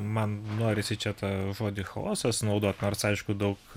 man norisi čia tą žodį chaosas naudot nors aišku daug